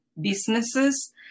businesses